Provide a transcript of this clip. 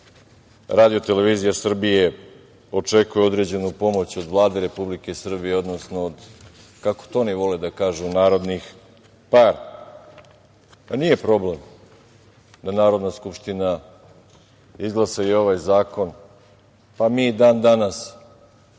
godini RTS očekuje određenu problem od Vlade Republike Srbije, odnosno od, kako to oni vole da kažu, narodnih para. Nije problem da Narodna skupština izglasa i ovaj zakon. Mi i dan danas